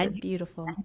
beautiful